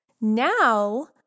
Now